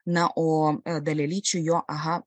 na o dalelyčių jo aha